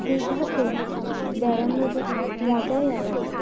দীঘাতে বেড়ানোর মজাই আলাদা